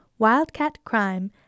wildcatcrime